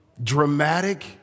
dramatic